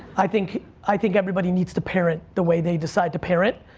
i think i think everybody needs to parent the way they decide to parent.